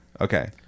Okay